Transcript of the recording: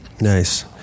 nice